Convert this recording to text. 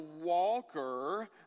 Walker